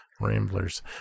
Ramblers